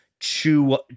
chew